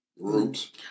Roots